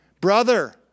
brother